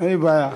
אין לי בעיה.